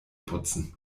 putzen